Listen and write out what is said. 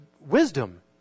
wisdom